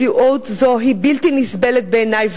מציאות זו היא בלתי נסבלת בעיני,